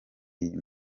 iyi